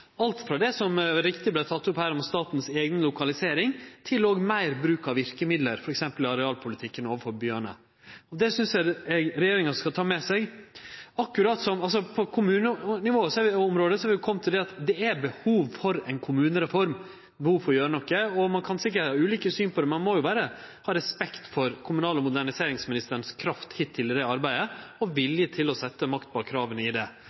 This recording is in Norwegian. alt frå det som med rette vart teke opp her om statens eiga lokalisering, til meir bruk av verkemiddel, som f.eks. arealpolitikken, overfor byane. Det synest eg regjeringa skal ta med seg. Når det gjeld kommunane, har vi kome til at det er behov for ei kommunereform, at det er behov for å gjere noko. Ein kan sikkert ha ulike syn på dette, men ein må ha respekt for kommunal- og moderniseringsministerens kraft hittil i dette arbeidet – og viljen til å setje makt bak krava